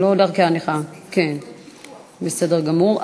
לא, בסדר גמור.